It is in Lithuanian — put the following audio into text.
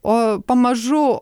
o pamažu